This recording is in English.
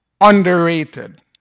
underrated